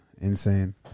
Insane